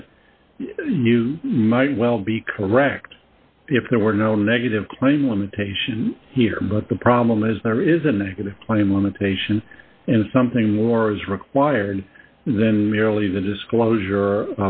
that you might well be correct if there were no negative claim limitation here but the problem is there is a negative claim limitation and something more is required then merely the disclosure